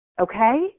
okay